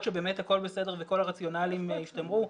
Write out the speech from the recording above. שהכול בסדר וכל הרציונלים השתמרו,